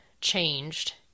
changed